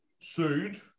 sued